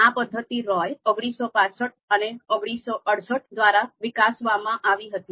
આ પદ્ધતિ રોય ૧૯૬૫ ૧૯૬૮ દ્વારા વિકસાવવામાં આવી હતી